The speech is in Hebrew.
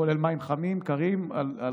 אני